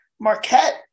Marquette